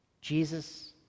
Jesus